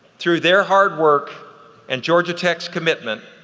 through their hard work and georgia tech's commitment,